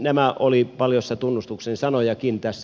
nämä olivat paljossa tunnustuksen sanojakin tässä